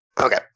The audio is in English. Okay